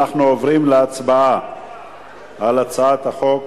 אנחנו עוברים להצבעה על הצעת החוק.